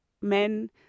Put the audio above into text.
men